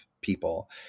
people